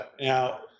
Now